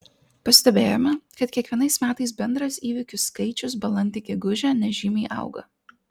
pastebėjome kad kiekvienais metais bendras įvykių skaičius balandį gegužę nežymiai auga